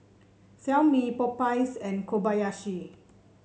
Xiaomi Popeyes and Kobayashi